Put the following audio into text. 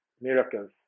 miracles